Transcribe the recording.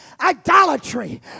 idolatry